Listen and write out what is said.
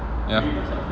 ya